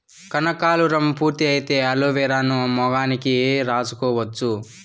కనకాలురం పూర్తి అయితే అలోవెరాను మొహానికి రాసుకోవచ్చు